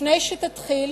לפני שתתחיל